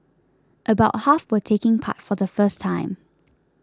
about half were taking part for the first time